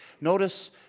Notice